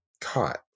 caught